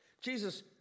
Jesus